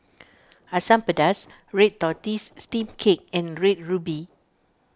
Asam Pedas Red Tortoise Steamed Cake and Red Ruby